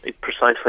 precisely